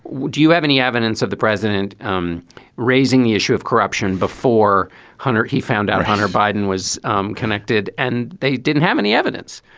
would you have any evidence of the president um raising the issue of corruption before hunter? he found out one hunter biden was um connected and they didn't have any evidence.